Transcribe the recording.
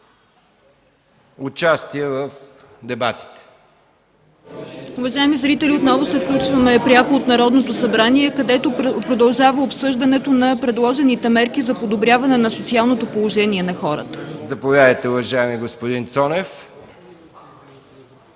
участие в дебатите.